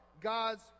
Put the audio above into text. God's